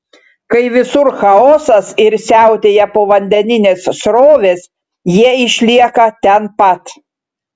kai visur chaosas ir siautėja povandeninės srovės jie išlieka ten pat